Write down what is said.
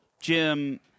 Jim